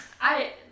I-